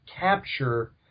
capture